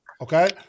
Okay